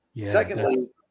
Secondly